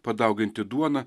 padauginti duoną